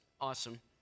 awesome